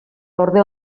gorde